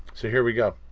so here we go,